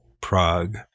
Prague